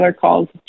calls